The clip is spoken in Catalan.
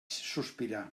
sospirar